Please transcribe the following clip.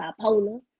bipolar